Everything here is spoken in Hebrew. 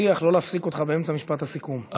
מבטיח שלא להפסיק אותך באמצע משפט הסיכום,